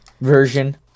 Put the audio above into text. version